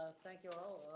ah thank you, all.